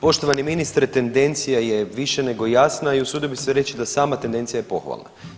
Poštovani ministre tendencija je više nego jasna i usudio bi se reći da sama tendencija je pohvalna.